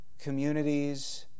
communities